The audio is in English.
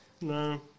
No